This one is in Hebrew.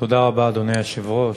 אדוני היושב-ראש,